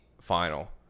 final